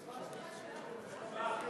הצבעה.